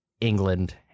England